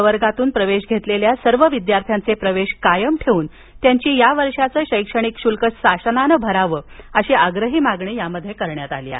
प्रवर्गातून प्रवेश घेतलेल्या सर्व विद्यार्थ्यांचे प्रवेश कायम ठेवून त्यांची या वर्षाचं शैक्षणिक शुल्क शासनानं भरावं अशी आग्रही मागणी यात करण्यात आली आहे